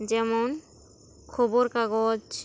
ᱡᱮᱢᱚᱱ ᱠᱷᱚᱵᱚᱨ ᱠᱟᱜᱚᱡᱽ